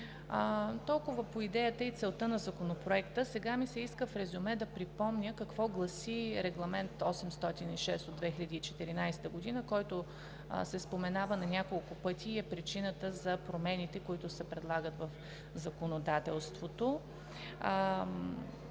Толкова по идеята и целта на Законопроекта. Сега ми се иска в резюме да припомня какво гласи Регламент № 806 от 2014 г., който се споменава на няколко пъти, и е причината за промените, които се предлагат в законодателството.